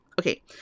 Okay